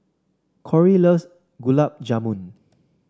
Korey loves Gulab Jamun